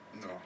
No